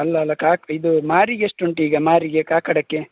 ಅಲ್ಲಲ್ಲ ಕಾ ಇದು ಮಾರಿಗೆ ಎಷ್ಟುಂಟು ಈಗ ಮಾರಿಗೆ ಕಾಕಡಕ್ಕೆ